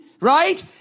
right